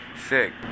sick